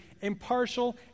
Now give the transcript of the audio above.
impartial